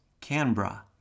Canberra